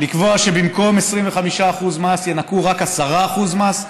לקבוע שבמקום 25% מס ינכו רק 10% מס,